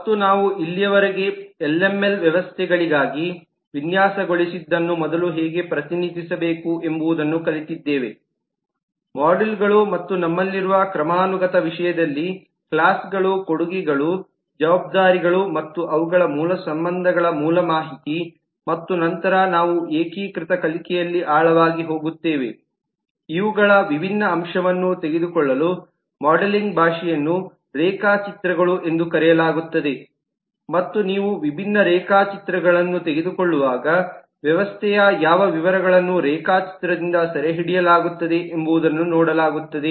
ಮತ್ತು ನಾವು ಇಲ್ಲಿಯವರೆಗೆ ಎಲ್ಎಂಎಲ್ ವ್ಯವಸ್ಥೆಗಳಿಗಾಗಿ ವಿನ್ಯಾಸಗೊಳಿಸಿದ್ದನ್ನು ಮೊದಲು ಹೇಗೆ ಪ್ರತಿನಿಧಿಸಬೇಕು ಎಂಬುದನ್ನು ಕಲಿತಿದ್ದೇವೆ ಮಾಡ್ಯೂಲ್ಗಳು ಮತ್ತು ನಮ್ಮಲ್ಲಿರುವ ಕ್ರಮಾನುಗತ ವಿಷಯದಲ್ಲಿ ಕ್ಲಾಸ್ಗಳು ಕೊಡುಗೆಗಳು ಜವಾಬ್ದಾರಿಗಳು ಮತ್ತು ಅವುಗಳ ಮೂಲ ಸಂಬಂಧಗಳ ಮೂಲ ಮಾಹಿತಿ ಮತ್ತು ನಂತರ ನಾವು ಏಕೀಕೃತ ಕಲಿಕೆಯಲ್ಲಿ ಆಳವಾಗಿ ಹೋಗುತ್ತೇವೆ ಇವುಗಳ ವಿಭಿನ್ನ ಅಂಶವನ್ನು ತೆಗೆದುಕೊಳ್ಳುವ ಮಾಡೆಲಿಂಗ್ ಭಾಷೆಯನ್ನು ರೇಖಾಚಿತ್ರಗಳು ಎಂದು ಕರೆಯಲಾಗುತ್ತದೆ ಮತ್ತು ನೀವು ವಿಭಿನ್ನ ರೇಖಾಚಿತ್ರಗಳನ್ನು ತೆಗೆದುಕೊಳ್ಳುವಾಗ ವ್ಯವಸ್ಥೆಯ ಯಾವ ವಿವರಗಳನ್ನು ರೇಖಾಚಿತ್ರದಿಂದ ಸೆರೆಹಿಡಿಯಲಾಗುತ್ತದೆ ಎಂಬುದನ್ನು ನೋಡಲಾಗುತ್ತದೆ